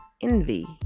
envy